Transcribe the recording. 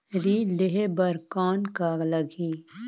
ऋण लेहे बर कौन का लगही?